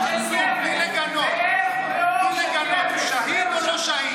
בלי לגנות, הוא שהיד או לא?